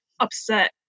upset